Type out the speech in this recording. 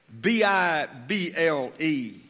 B-I-B-L-E